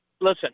Listen